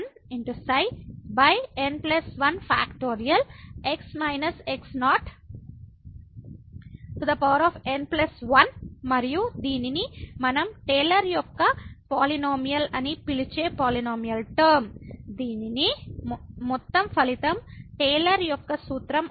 x − x0n1 మరియు దీనిని మనం టేలర్ యొక్క పాలినోమియల్ అని పిలిచే పాలినోమియల్ టర్మ దీనిని మొత్తం ఫలితం టేలర్ యొక్క సూత్రం అంటారు